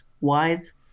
wise